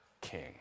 king